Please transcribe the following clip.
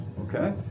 Okay